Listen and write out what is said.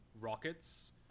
Rockets